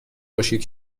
باشید